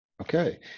Okay